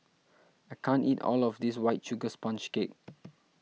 I can't eat all of this White Sugar Sponge Cake